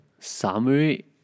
samui